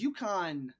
UConn